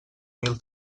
mil